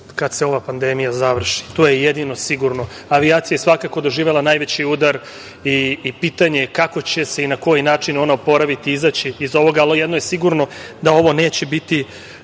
kada se ova pandemija završi. To je jedino sigurno. Avijacija je svakako doživela najveći udar i pitanje je kako će se i na koji način ona oporaviti i izaći iz ovoga, ali jedno je sigurno, da ovo neće biti